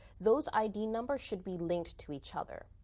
those id number should be linked to each other.